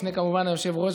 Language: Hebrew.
בפני היושב-ראש,